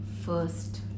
first